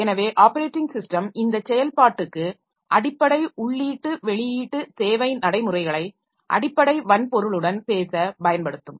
எனவே operating system இந்த செயல்பாட்டுக்கு அடிப்படை உள்ளீட்டு வெளியீட்டு சேவை நடைமுறைகளை அடிப்படை வன்பொருளுடன் பேச பயன்படுத்தும்